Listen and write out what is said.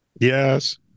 Yes